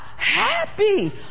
happy